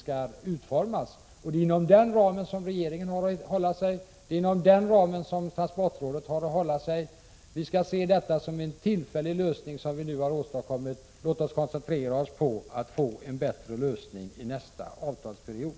Det är inom den ramen som regeringen har att hålla sig, och det är inom den ramen som transportrådet har att hålla sig. Vi skall se detta som vi nu har åstadkommit som en tillfällig lösning. Låt oss koncentrera oss på att åstadkomma en bättre lösning i nästa avtalsperiod!